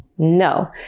no!